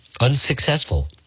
unsuccessful